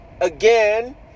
again